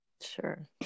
Sure